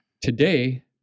Today